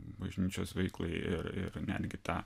bažnyčios veiklai ir ir netgi tą